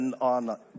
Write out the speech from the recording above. on